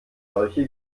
solche